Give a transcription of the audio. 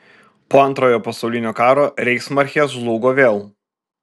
po antrojo pasaulinio karo reichsmarkė žlugo vėl